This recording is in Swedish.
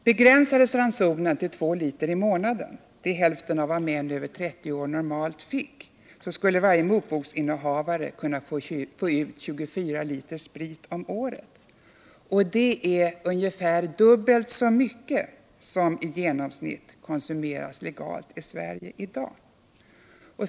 Begränsades ransonen till två liter i månaden — det är hälften av vad män över 30 år normalt fick — skulle varje motboksinnehavare kunna få ut 24 liter sprit om året, och det är ungefär dubbelt så mycket som i genomsnitt konsumeras legalt i Sverige.